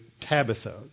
Tabitha